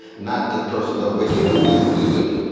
not that persons are wicked. who is good?